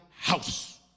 house